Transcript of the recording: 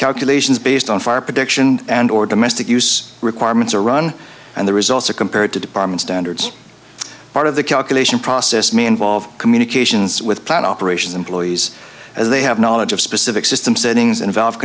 calculations based on fire protection and or domestic use requirements are run and the results are compared to department standards part of the calculation process may involve communications with plant operations employees as they have knowledge of specific system